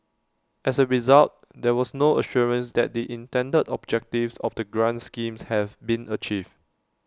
as A result there was no assurance that the intended objectives of the grant schemes have been achieved